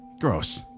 Gross